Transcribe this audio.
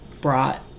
brought